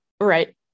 Right